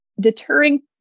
deterring